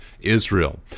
Israel